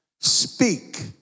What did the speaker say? speak